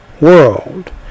world